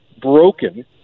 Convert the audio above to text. broken